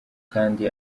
kandi